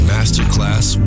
Masterclass